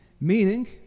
Meaning